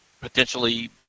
potentially